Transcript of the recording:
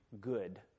good